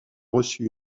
reçu